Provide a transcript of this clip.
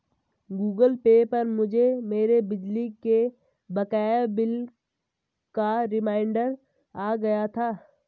Google Pay पर मुझे मेरे बिजली के बकाया बिल का रिमाइन्डर आ गया था